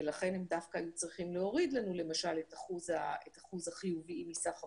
ולכן הם דווקא היו צריכים להוריד לנו את אחוז החיוביים מסך הבדיקות,